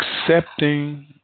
Accepting